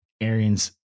Arians